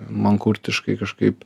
mankurtiškai kažkaip